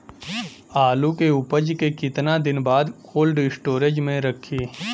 आलू के उपज के कितना दिन बाद कोल्ड स्टोरेज मे रखी?